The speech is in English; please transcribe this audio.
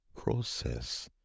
process